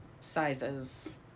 sizes